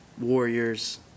Warriors